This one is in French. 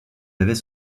avait